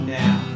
now